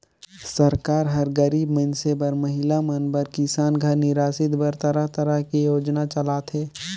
सरकार हर गरीब मइनसे बर, महिला मन बर, किसान घर निरासित बर तरह तरह के योजना चलाथे